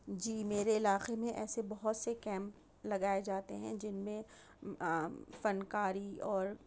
جی میرے علاقے میں ایسے بہت سے کیمپ لگائے جاتے ہیں جن میں فنکاری اور